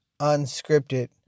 unscripted